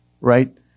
right